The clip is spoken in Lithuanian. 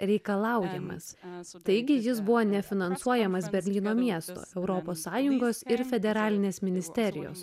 reikalaujamas esą taigi jis buvo nefinansuojamas berlyno miesto europos sąjungos ir federalinės ministerijos